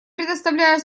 предоставляю